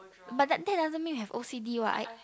but that that doesn't mean you have o_c_d what